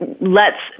lets